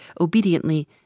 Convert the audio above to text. obediently